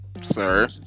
Sir